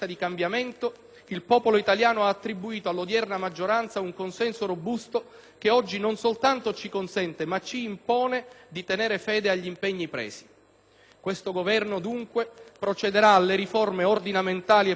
il popolo italiano ha attribuito all'attuale maggioranza un consenso robusto che, oggi, non soltanto ci consente, ma ci impone di tener fede agli impegni presi. Questo Governo, dunque, procederà alle riforme ordinamentali e processuali